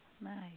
Nice